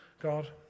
God